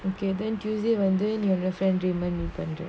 okay then tuesday வந்து நீ ஒன்னோட:vanthu nee onnoda friend reeman ah meet பன்ர:panra